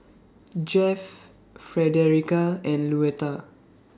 Jeff Frederica and Luetta